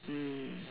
mm